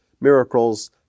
miracles